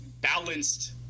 balanced